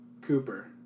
Cooper